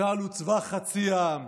צה"ל הוא צבא חצי העם.